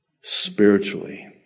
spiritually